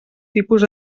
tipus